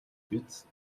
биз